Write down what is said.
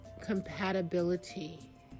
Compatibility